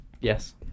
Yes